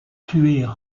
tuer